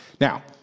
Now